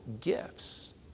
gifts